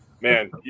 Man